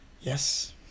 Yes